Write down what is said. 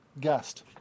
guest